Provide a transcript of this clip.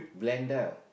blender